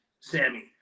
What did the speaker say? Sammy